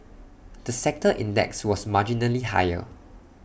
the sector index was marginally higher